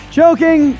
joking